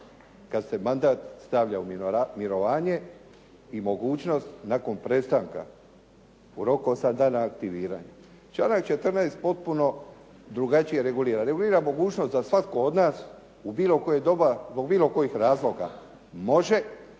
kad se mandat stavlja u mirovanje i mogućnost nakon prestanka u roku osam dana aktiviranja. Članak 14. potpuno drugačije regulira. Regulira mogućnost da svatko od nas u bilo koje doba zbog bilo kojih razloga može